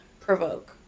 Provoke